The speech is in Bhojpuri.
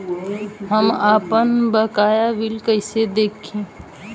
हम आपनबकाया बिल कइसे देखि?